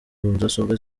mudasobwa